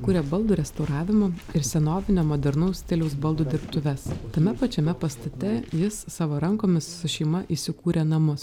kuria baldų restauravimo ir senovinio modernaus stiliaus baldų dirbtuves tame pačiame pastate jis savo rankomis su šeima įsikūrė namus